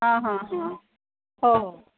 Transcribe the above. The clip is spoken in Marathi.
हं हं हं हो